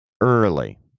early